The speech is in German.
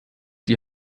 die